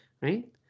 right